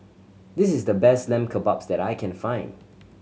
this is the best Lamb Kebabs that I can find